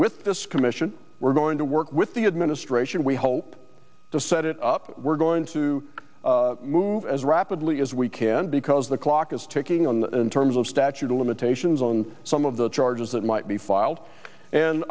with this commission we're going to work with the administration we hope to set it up we're going to move as rapidly as we can because the clock is ticking on in terms of statute of limitations on some of the charges that might be filed and